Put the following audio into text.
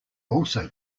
also